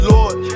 Lord